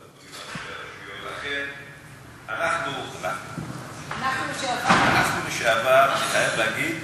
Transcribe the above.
לכן, אנחנו לשעבר, אני חייב להגיד